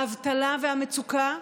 האבטלה והמצוקה,